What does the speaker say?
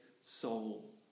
soul